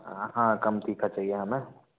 हाँ कम तीखा चाहिए हमें